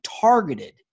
targeted